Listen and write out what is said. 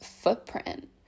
footprint